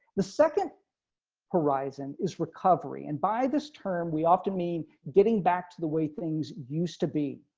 the second horizon is recovery and by this term, we often mean getting back to the way things used to be.